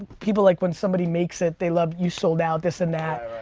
people like when somebody makes it, they love, you sold out, this and that.